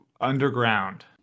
underground